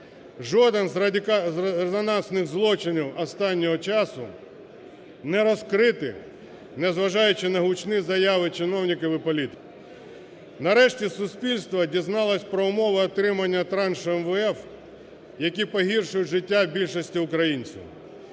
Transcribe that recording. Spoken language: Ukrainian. Жоден з резонансних злочинів останнього часу не розкритий, не зважаючи на гучні заяви чиновників і політиків. Нарешті суспільство дізналось про умови отримання траншу МВФ, які погіршують життя більшості українців.